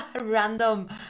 random